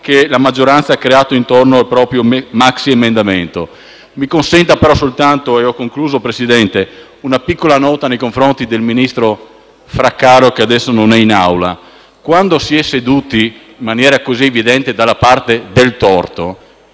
che la maggioranza ha creato intorno al proprio maxiemendamento. Mi consenta soltanto - e ho concluso, Presidente - una piccola nota nei confronti del ministro Fraccaro, che adesso non è in Aula. Quando si è seduti in maniera così evidente dalla parte del torto,